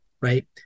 right